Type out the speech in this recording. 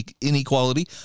inequality